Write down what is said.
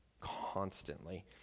Constantly